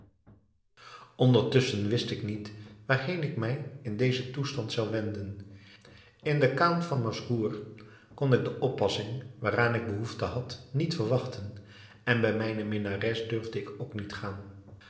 ondertusschen wist ik niet waarheen ik mij in dezen toestand zou wenden in de khan van masrour kon ik de oppassing waaraan ik behoefte had niet verwachten en bij mijne minnares durfde ik ook niet gaan